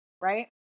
right